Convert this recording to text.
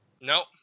Nope